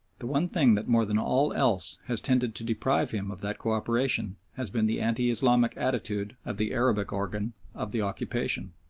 the one thing that more than all else has tended to deprive him of that co-operation has been the anti-islamic attitude of the arabic organ of the occupation.